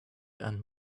and